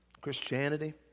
Christianity